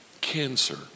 cancer